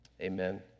Amen